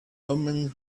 omens